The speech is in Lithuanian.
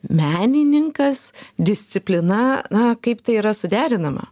menininkas disciplina na kaip tai yra suderinama